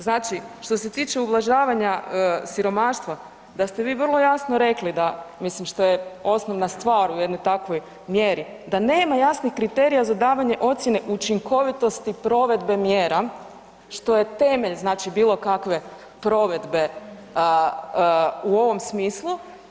Znači, što se tiče ublažavanja siromaštva da ste vi vrlo jasno rekli da, mislim što je osnovna stvar u jednoj takvoj mjeri, da nema jasnih kriterija za davanje ocijene učinkovitosti provedbe mjera, što je temelj, znači bilo kakve provedbe u ovom smislu.